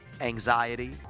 anxiety